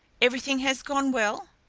everything has gone well?